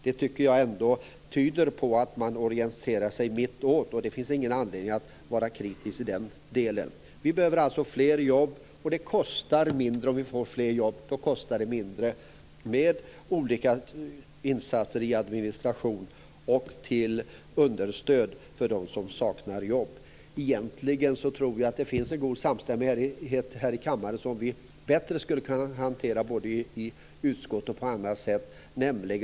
Jag tycker att det tyder på att v orienterar sig mittåt. Det finns ingen anledning att vara kritisk i den delen. Vi behöver fler jobb. Då blir kostnaderna mindre i administration och understöd för dem som saknar jobb. Egentligen finns det en god samstämmighet i kammaren, som vi skulle kunna hantera bättre i utskott och i andra sammanhang.